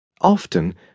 often